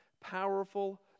Powerful